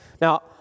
Now